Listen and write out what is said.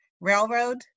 railroad